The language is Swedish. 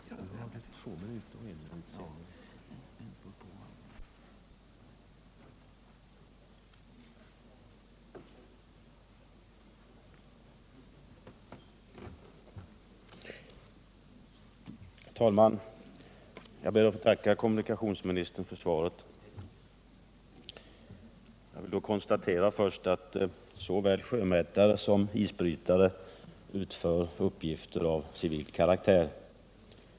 Herr talman! Jag ber att få tacka kommunikationsministern för svaret. Först vill jag konstatera att såväl sjömätningsfartyg som isbrytare utför uppgifter av civil karaktär.